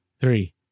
three